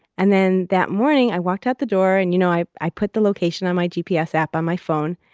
and then that morning, i walked out the door and you know i i put the location on my gps app on my phone.